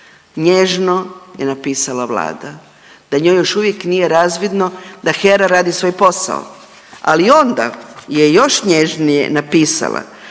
Nježno je napisala vlada da njoj još uvijek nije razvidno da HERA radi svoj posao, ali i onda je još nježnije napisala.